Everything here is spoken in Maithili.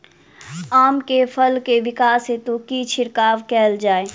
आम केँ फल केँ विकास हेतु की छिड़काव कैल जाए?